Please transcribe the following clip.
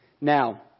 Now